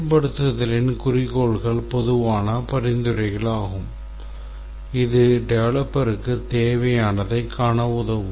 செயல்படுத்தலின் குறிக்கோள்கள் பொதுவான பரிந்துரைகளாகும் இது டெவலப்பருக்குத் தேவையானதைக் காண உதவும்